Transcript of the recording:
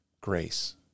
grace